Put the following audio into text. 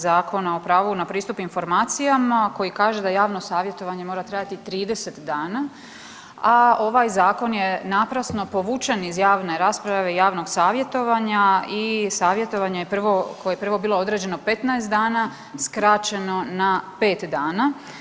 Zakona o pravu na pristup informacijama koji kaže da javno savjetovanje mora trajati 30 dana, a ovaj zakon je naprasno povučen iz javne rasprave i javnog savjetovanje i savjetovanje koje bilo prvo određeno 15 dana skraćeno na pet dana.